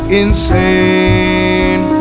insane